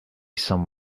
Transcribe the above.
some